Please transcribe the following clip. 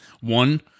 one